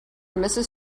mrs